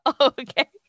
okay